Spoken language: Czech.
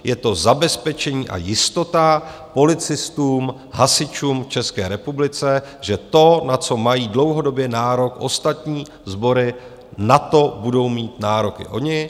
Je to zabezpečení a jistota policistům, hasičům v České republice, že to, na co mají dlouhodobě nárok ostatní sbory, na to budou mít nárok i oni.